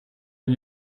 man